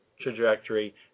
trajectory